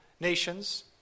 nations